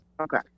Okay